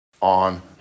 on